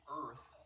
earth